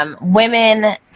Women